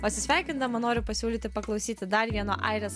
atsisveikindama noriu pasiūlyti paklausyti dar vieno airijos